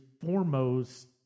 foremost